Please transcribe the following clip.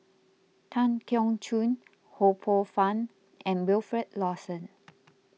Tan Keong Choon Ho Poh Fun and Wilfed Lawson